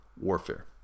warfare